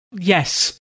Yes